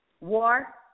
War